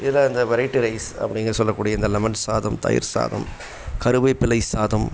இதில் அந்த variety rice அப்படின்னு சொல்லக்கூடிய இந்த லெமன் சாதம் தயிர் சாதம் கருவேப்பிலை சாதம்